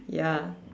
ya